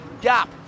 gap